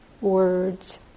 words